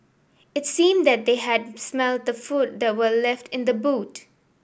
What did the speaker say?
it seemed that they had smelt the food that were left in the boot